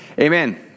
Amen